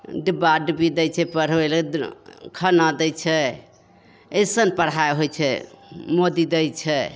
डिब्बा डुब्बी दै छै पढ़बै ले खाना दै छै अइसन पढ़ाइ होइ छै मोदी दै छै